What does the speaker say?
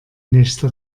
nächste